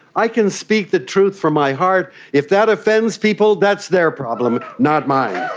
i can speak the truth from my heart. if that offends people, that's their problem, not mine.